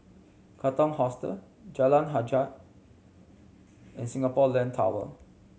Katong Hostel Jalan Hajijah and Singapore Land Tower